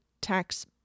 tax